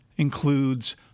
Includes